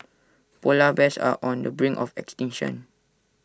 Polar Bears are on the brink of extinction